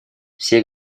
все